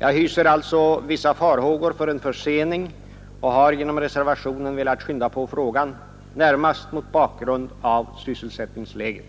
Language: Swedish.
Jag hyser alltså vissa farhågor för en försening och har genom reservationen velat skynda på frågan närmast mot bakgrund av sysselsättningsläget.